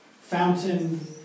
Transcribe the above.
Fountain